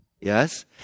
Yes